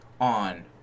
on